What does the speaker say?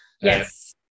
Yes